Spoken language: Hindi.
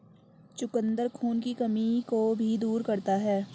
चुकंदर खून की कमी को भी दूर करता है